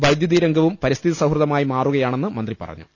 വൈദ്യുതി രംഗവും പരിസ്ഥിതി സൌഹൃദമായി മാറുകയാണെന്ന് മന്ത്രി പറഞ്ഞു